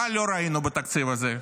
מה לא ראינו בתקציב הזה?